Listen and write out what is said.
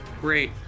Great